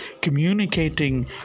communicating